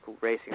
racing